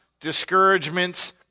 discouragements